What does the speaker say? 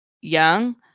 young